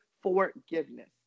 forgiveness